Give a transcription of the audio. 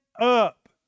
up